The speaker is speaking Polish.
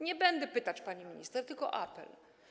Nie będę pytać pani minister, tylko mam apel.